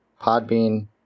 Podbean